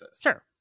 Sure